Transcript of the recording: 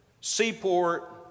seaport